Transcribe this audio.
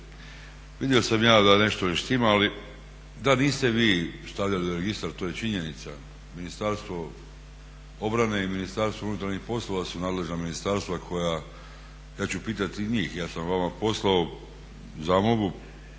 vidio sam ja da nešto ne štima, ali da, niste vi stavljali u registar, to je činjenica, Ministarstvo obrane i Ministarstvo unutarnjih poslova su nadležna ministarstva koja, ja ću pitati i njih. Ja sam vam poslao zamolbu,